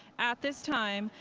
at this time,